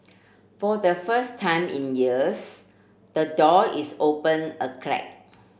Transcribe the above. for the first time in years the door is open a crack